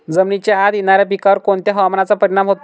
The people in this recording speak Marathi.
जमिनीच्या आत येणाऱ्या पिकांवर कोणत्या हवामानाचा परिणाम होतो?